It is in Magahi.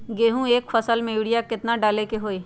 गेंहू के एक फसल में यूरिया केतना डाले के होई?